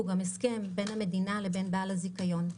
הוא גם הסכם בין המדינה לבעל הזיכיון.